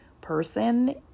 person